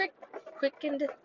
quickened